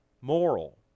moral